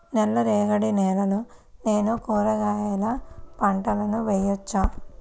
నల్ల రేగడి నేలలో నేను కూరగాయల పంటను వేయచ్చా?